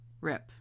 Rip